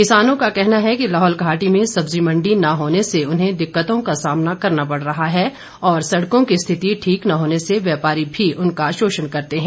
किसानों का कहना है कि लाहौल घाटी में सब्जी मंडी ने होने से उन्हें दिक्कतों का सामना करना पड़ रहा है और सड़कों की स्थिति ठीक न होने से व्यापारी भी उनका शोषण करते है